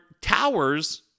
Towers